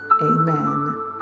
amen